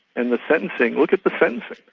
and the sentencing, look at the sentencing.